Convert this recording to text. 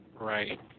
right